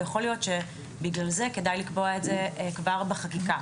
ויכול להיות שבגלל זה כדאי לקבוע את זה כבר בחקיקה